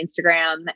Instagram